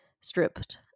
stripped